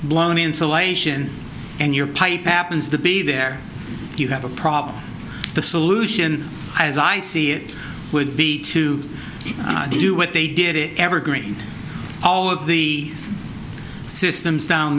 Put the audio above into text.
blown insulation and your pipe happens to be there you have a problem the solution as i see it would be to do what they did it evergreen all of the systems down